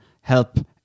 help